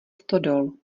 stodol